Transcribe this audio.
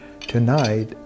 Tonight